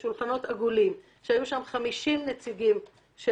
שולחנות עגולים שהיו שם כ-50 נציגים של